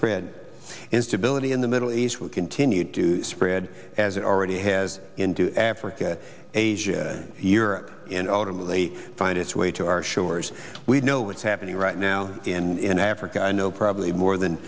spread instability in the middle east will continue to spread as it already has into africa asia europe in ultimately find its way to our shores we know what's happening right now in africa i know probably more than